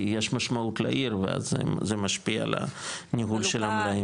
כי יש משמעות לעיר ואז זה משפיע על הניהול של המלאים.